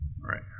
Right